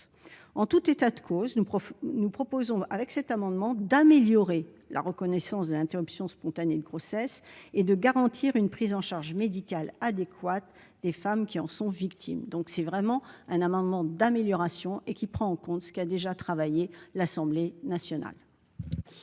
En tout état de cause, nous proposons, par cet amendement, d'améliorer la reconnaissance de l'interruption spontanée de grossesse et de garantir une prise en charge médicale adéquate des femmes qui en sont victimes. Il s'agit donc réellement d'un amendement d'amélioration, qui prend en considération le travail de l'Assemblée nationale.